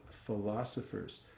philosophers